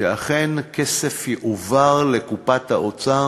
שאכן יועבר כסף לקופת האוצר,